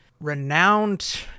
Renowned